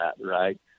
right